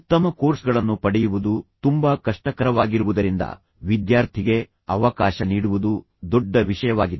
ಉತ್ತಮ ಕೋರ್ಸ್ಗಳನ್ನು ಪಡೆಯುವುದು ತುಂಬಾ ಕಷ್ಟಕರವಾಗಿರುವುದರಿಂದ ವಿದ್ಯಾರ್ಥಿಗೆ ಅವಕಾಶ ನೀಡುವುದು ದೊಡ್ಡ ವಿಷಯವಾಗಿದೆ